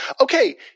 Okay